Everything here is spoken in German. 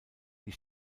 die